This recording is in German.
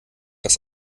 dass